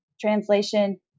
translation